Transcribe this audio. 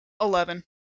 eleven